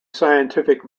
scientific